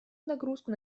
нагрузку